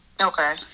Okay